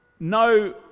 No